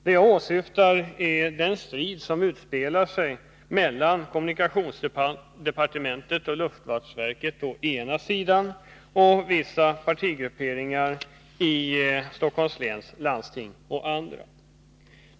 Vad jag åsyftar är den strid som utspelas mellan kommunikationsdepartementet och luftfartsverket å ena sidan och vissa partigrupperingar i Stockholms läns landsting å andra sidan.